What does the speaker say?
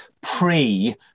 pre